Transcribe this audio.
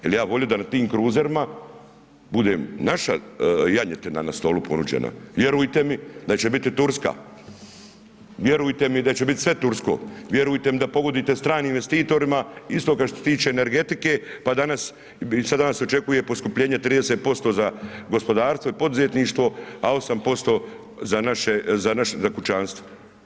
Jel ja bi volio da na tim kruzerima bude naša janjetina na stolu ponuđena, vjerujte mi da će biti turska, vjerujte mi da će biti sve tursko, vjerujte mi da pogodujete stranim investitorima isto kao što se tiče energetike, pa danas, danas se očekuje poskupljenje 30% za gospodarstvo i poduzetništvo, a 8% za naše, za kućanstvo.